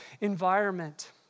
environment